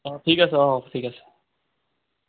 অঁ ঠিক আছে অঁ ঠিক আছে